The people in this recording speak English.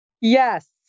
Yes